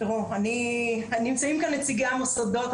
נמצאים כאן נציגי המוסדות.